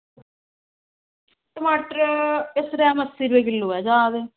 टमाटर इस टाईम अस्सीं रपे किलो न जा दे